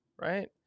right